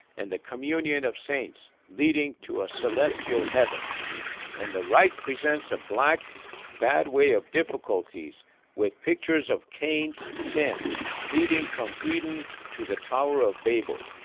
and the communion of saints leading to a celestial heaven and the right presents a black bad way of difficulties with pictures of cain's sin leading from eden to the tower of babel,